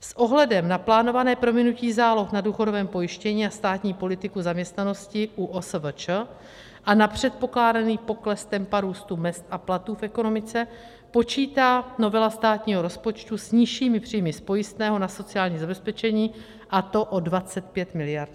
S ohledem na plánované prominutí záloh na důchodovém pojištění a státní politiku zaměstnanosti u OSVČ a na předpokládaný pokles tempa růstu mezd a platů v ekonomice počítá novela státního rozpočtu s nižšími příjmy z pojistného na sociální zabezpečení, a to o 25 mld. Kč.